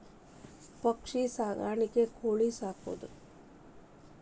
ಪಕ್ಷಿ ಸಾಕಾಣಿಕೆ ಕೋಳಿ ಸಾಕುದು